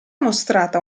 mostrata